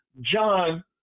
John